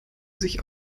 sich